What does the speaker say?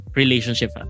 relationship